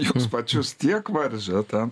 juos pačius tiek varžė ten